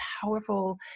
powerful